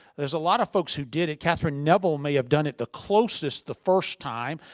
there's a lot of folks who did it. katherine neville may have done it the closest the first time.